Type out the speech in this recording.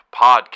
Podcast